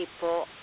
people